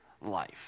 life